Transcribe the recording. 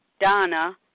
Donna